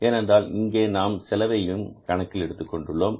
ஏனென்றால் இங்கே நாம் செலவையும் கணக்கில் எடுத்துக் கொள்கிறோம்